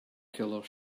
killer